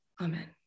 Amen